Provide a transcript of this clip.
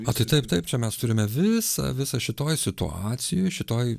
na tai taip taip čia mes turime visą visą šitoj situacijoj šitoj